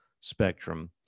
spectrum